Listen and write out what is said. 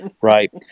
right